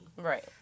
Right